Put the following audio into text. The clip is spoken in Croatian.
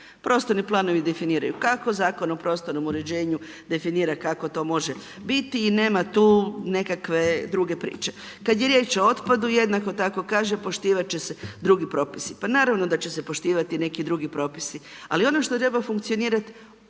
Prostorni planovi definiraju kako, Zakon o prostornom uređenju definira kako to može biti i nema tu nekakve druge priče. Kad je riječ o otpadu jednako tako kaže poštivat će se drugi propisi. Pa naravno da će se poštivati neki drugi propisi, ali ono što treba funkcionirat,